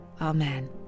amen